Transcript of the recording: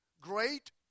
great